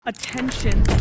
Attention